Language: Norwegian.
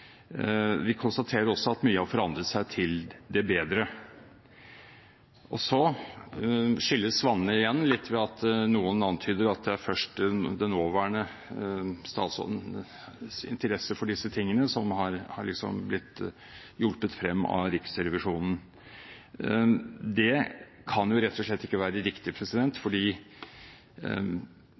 så konstaterer vi også i noen av de uttalelsene som komiteen har samlet seg om, at mye har forandret seg til det bedre. Så skilles vannene igjen litt ved at noen antyder at det er først den nåværende statsrådens interesse for disse tingene som har liksom blitt hjulpet frem av Riksrevisjonen. Det kan rett og slett ikke være riktig,